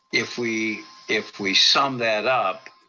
if we if we sum that up,